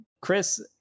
Chris